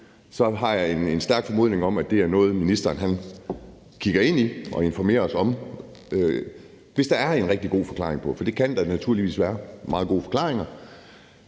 ud, har jeg en stærk formodning om, at det er noget, ministeren kigger ind i og får informeret os om om der er en rigtig god forklaring på, for det kan der naturligvis være. Der kan være meget gode forklaringer,